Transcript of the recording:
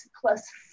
plus